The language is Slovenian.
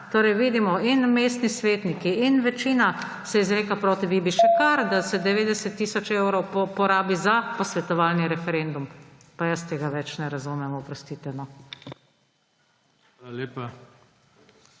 torej vidimo, in mestni svetniki in večina se izreka proti, vi bi še kar, da se 90 tisoč evrov porabi za posvetovalni referendum. Pa jaz tega več ne razumem, oprostite.